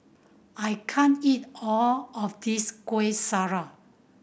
I can't eat all of this Kueh Syara